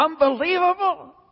unbelievable